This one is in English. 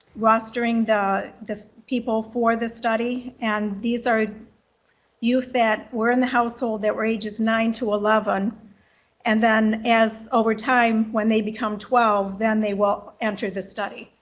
rostering the the people for the study. and these are youth that were in the household that were ages nine to eleven and then over time when they become twelve then they will enter the study